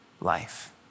life